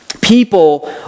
people